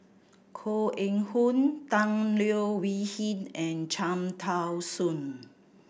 Koh Eng Hoon Tan Leo Wee Hin and Cham Tao Soon